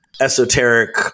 esoteric